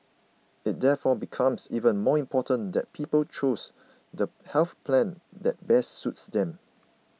it therefore becomes even more important that people choose the health plan that best suits them